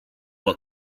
what